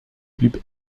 blieb